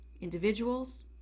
individuals